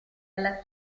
alla